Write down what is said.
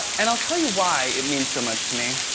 and i'll tell you why it means so much to me.